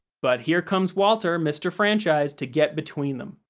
but here comes walter, mr. franchise, to get between them.